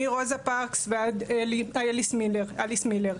מרוזה פרקס ועד אליס מילר,